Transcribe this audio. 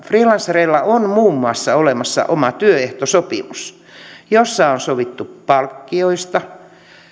freelancereilla on muun muassa olemassa oma työehtosopimus jossa on sovittu palkkioista